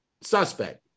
suspect